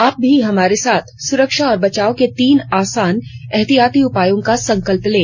आप भी हमारे साथ सुरक्षा और बचाव के तीन आसान एहतियाती उपायों का संकल्प लें